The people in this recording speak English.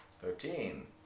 Thirteen